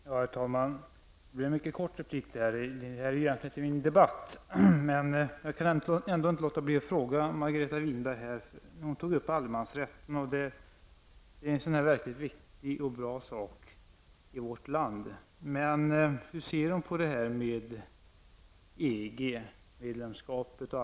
Herr talman! Det här blir en mycket kort replik, eftersom det här egentligen inte är min debatt. Jag kan emellertid inte låta bli att ställa en fråga till Margareta Winberg. Hon tog upp allemansrätten, vilket är något mycket viktigt och bra i vårt land. Men hur ser hon på allemansrätten vid ett EG medlemskap?